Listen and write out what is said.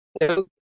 No